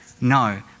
No